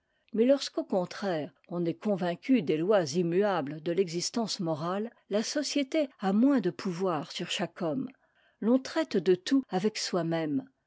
mais lorsqu'au contraire on est convaincu des lois immuables de l'existence morale la société a moins de pouvoir sur chaque homme l'on traite de tout avec soimême